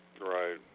Right